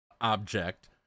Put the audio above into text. object